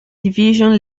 division